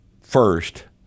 first